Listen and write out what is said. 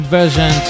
version